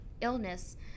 illness